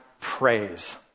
praise